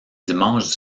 dimanche